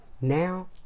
now